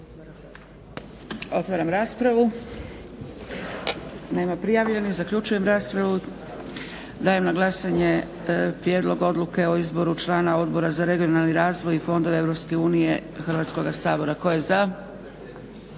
Otvaram raspravu. Nema prijavljenih. Zaključujem raspravu. Dajem na glasanje prijedlog Odluke o izboru člana Odbora za regionalni razvoj i fondove EU Hrvatskoga sabora. Tko je za?